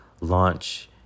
launch